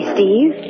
Steve